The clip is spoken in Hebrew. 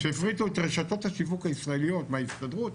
כשהפריטו את רשתות השיווק הישראליות מההסתדרות,